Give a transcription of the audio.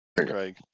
Craig